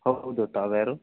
ಹೌದು ತಾವು ಯಾರು